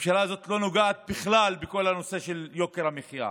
הממשלה הזאת לא נוגעת בכלל בכל הנושא של יוקר המחיה,